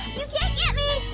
you can't get me!